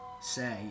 say